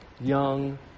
young